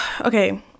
okay